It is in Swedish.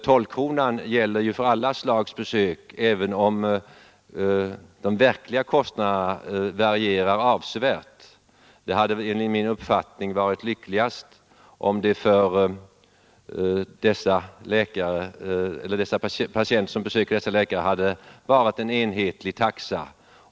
Tolvkronan gäller för alla slags besök, även om de verkliga kostnaderna varierar avsevärt. Det hade enligt min uppfattning varit lyckligast om det för patienter som besöker dessa läkare hade varit en enhetlig taxa.